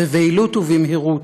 בבהילות ובמהירות.